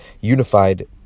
unified